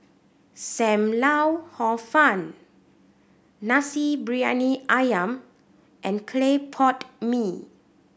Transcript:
Sam Lau Hor Fun Nasi Briyani Ayam and clay pot mee